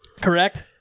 correct